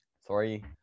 Sorry